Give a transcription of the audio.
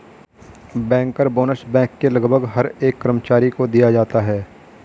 banker bonus bank के लगभग हर एक कर्मचारी को दिया जाता है